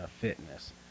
fitness